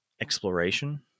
exploration